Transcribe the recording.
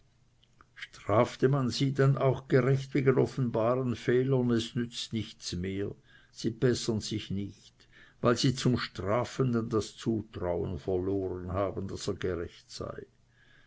strafe man sie dann auch gerecht wegen offenbaren fehlern es nützt nichts mehr sie bessern sich nicht weil sie zum strafenden das zutrauen verloren haben daß er gerecht sei